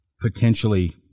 potentially